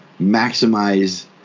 maximize –